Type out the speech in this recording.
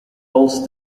holds